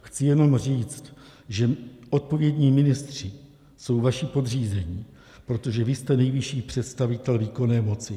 Chci jenom říct, že odpovědní ministři jsou vaši podřízení, protože vy jste nejvyšší představitel výkonné moci.